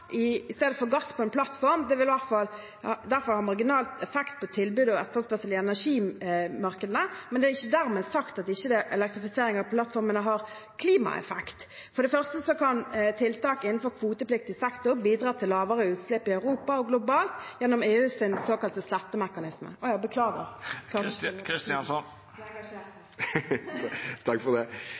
i stedet for gass på en plattform vil derfor ha marginal effekt på tilbud og etterspørsel i energimarkedene, men det er ikke dermed sagt at ikke elektrifisering av plattformene har klimaeffekt. For det første kan tiltak innenfor kvotepliktig sektor bidra til lavere utslipp i Europa og globalt gjennom EUs såkalte slettemekanisme . Beklager, jeg klarte ikke følge med på tiden – jeg ble engasjert her! Takk for